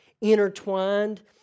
intertwined